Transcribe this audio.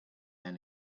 were